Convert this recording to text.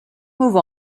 move